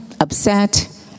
upset